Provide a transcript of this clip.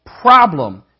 problem